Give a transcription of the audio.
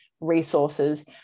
resources